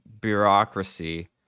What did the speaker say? bureaucracy